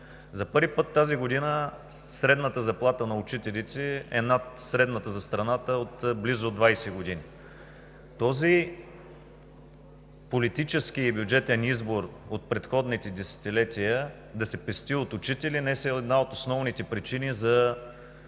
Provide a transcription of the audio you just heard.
от близо 20 години средната заплата на учителите е над средната за страната. Този политически и бюджетен избор от предходните десетилетия да се пести от учители днес е една от основните причини за